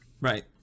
Right